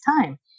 time